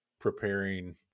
preparing